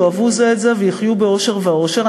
יאהבו זה את זה ויחיו באושר ועושר,